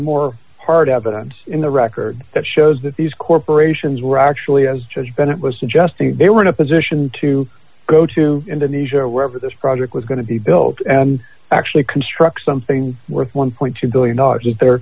more hard evidence in the record that shows d that these corporations were actually as george bennett was suggesting they were in a position to go to indonesia or wherever this project was going to be built and actually construct something worth one point two billion dollars is the